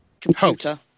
computer